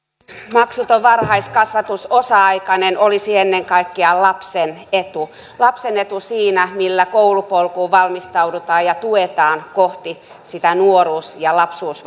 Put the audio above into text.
maksuton varhaiskasvatus osa aikainen olisi ennen kaikkea lapsen etu lapsen etu siinä millä koulupolkuun valmistaudutaan ja tuetaan kohti sitä lapsuus